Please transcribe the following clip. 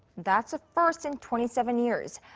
that's a first in twenty seven years.